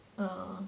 err